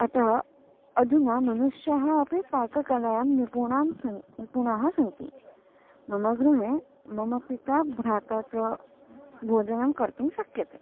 अतः अधुना मनुष्यः अपि पाककलायां निपूणताः सन्ति निपुणाः सन्ति मम गृहे मम पिता भ्राता च भोजनं कर्तुं शक्यते